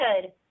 good